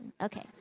Okay